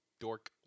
dork